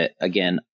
Again